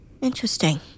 Interesting